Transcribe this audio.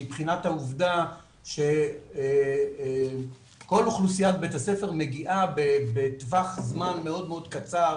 מבחינת העובדה שכל אוכלוסיית בית הספר מגיעה בטווח זמן מאוד מאוד קצר